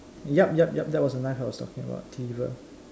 yup yup yup that was the knife I was talking about cleaver